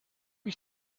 ich